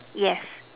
yes